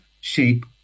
shape